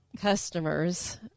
customers